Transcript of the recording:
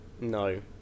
No